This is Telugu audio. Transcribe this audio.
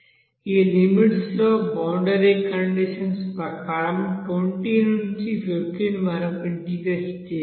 ఈ లిమిట్స్ లో బౌండరీ కండీషన్స్ ప్రకారం 20 నుండి 15 వరకు ఇంటెగ్రేట్ చేస్తే